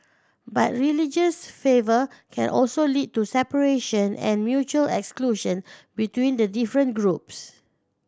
but religious fervour can also lead to separation and mutual exclusion between the different groups